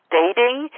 dating